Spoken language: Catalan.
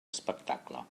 espectacle